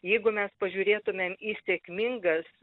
jeigu mes pažiūrėtumėm į sėkmingas